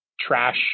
trash